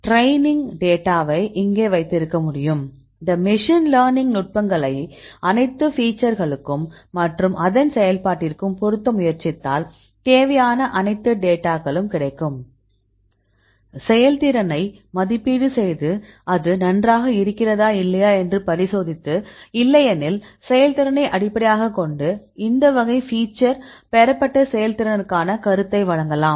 training டேட்டாவை இங்கே வைத்திருக்க முடியும் இந்த மெஷின் லேர்னிங் நுட்பங்களை அனைத்து ஃபீச்சர்களுக்கும் மற்றும் அதன் செயல்பாட்டிற்கும் பொருத்த முயற்சித்தால் தேவையான அனைத்து டேட்டாகளும் கிடைக்கும் செயல்திறனை மதிப்பீடு செய்து அது நன்றாக இருக்கிறதா இல்லையா என்று பரிசோதித்து இல்லையெனில் செயல்திறனை அடிப்படையாகக் கொண்டு இந்த வகை ஃபீச்சர் பெறப்பட்ட செயல்திறனுக்கான கருத்தை வழங்கலாம்